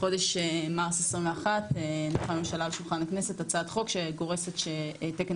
בחודש מרץ 2021 הניחה הממשלה על שולחן הכנסת הצעת חוק שגורסת שתקן